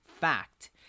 fact